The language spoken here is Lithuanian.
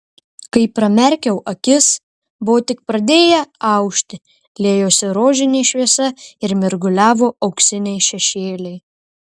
kai pramerkiau akis buvo tik pradėję aušti liejosi rožinė šviesa ir mirguliavo auksiniai šešėliai